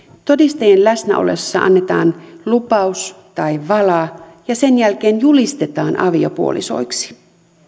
todistajien läsnä ollessa annetaan lupaus tai vala ja sen jälkeen julistetaan aviopuolisoiksi